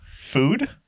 Food